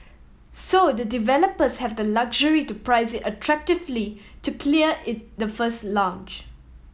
so the developers have the luxury to price attractively to clear the first launch